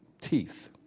teeth